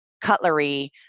cutlery